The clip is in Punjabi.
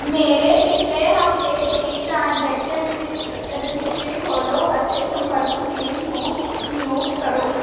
ਮੇਰੀ ਪਿਛਲੇ ਹਫ਼ਤੇ ਦੀ ਟ੍ਰਾਂਜੈਕਸ਼ਨ ਰਜਿਜਰੀ ਰਜਿਸਟਰੀ ਖੋਲ੍ਹੋ ਅਤੇ ਸੰਪਰਕ ਵੀਰ ਨੂੰ ਮਿਊਟ ਕਰੋ